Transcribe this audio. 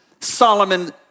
Solomon